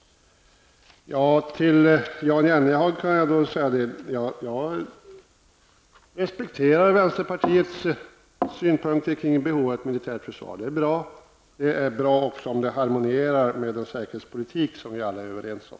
Till Jan Jennehag kan jag säga att jag respekterar vänsterpartiets synpunkter kring behovet av ett militärt försvar. Det är också bra om det harmonierar med den säkerhetspolitik som vi alla är överens om.